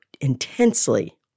intensely